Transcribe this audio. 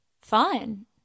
fun